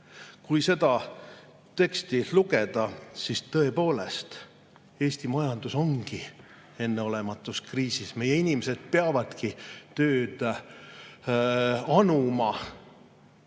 kui seda teksti lugeda, siis tõepoolest, Eesti majandus ongi enneolematus kriisis. Meie inimesed peavadki tööd anuma.